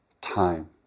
time